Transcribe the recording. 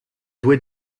due